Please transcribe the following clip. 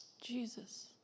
Jesus